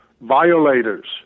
violators